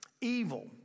evil